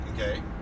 Okay